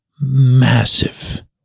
massive